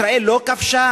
ישראל לא כבשה?